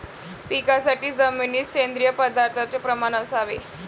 पिकासाठी जमिनीत सेंद्रिय पदार्थाचे प्रमाण असावे